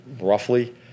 roughly